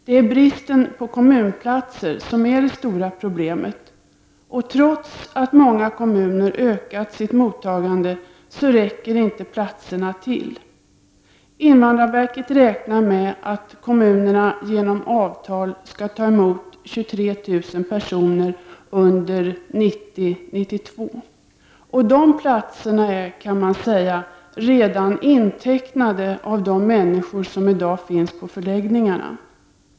Det är bristen på kommunplatser som är det stora problemet. Trots att många kommuner ökat sitt mottagande räcker inte platserna till. Invandrarverket räknar med att kommunerna genom avtal skall ta emot 23 000 personer under 1990— 1992, och dessa platser är, kan man säga, redan intecknade av de människor som i dag finns på förläggningarna.